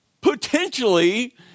potentially